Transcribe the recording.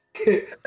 Okay